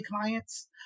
clients